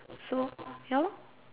so ya lor